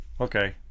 Okay